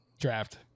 draft